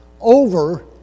over